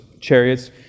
chariots